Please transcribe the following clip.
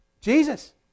Jesus